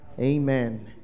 Amen